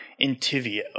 Intivio